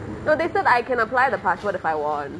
so they said I can apply the passport if I want